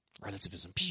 relativism